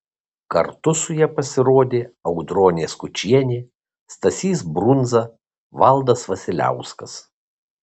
kartu su ja pasirodė audronė skučienė stasys brundza valdas vasiliauskas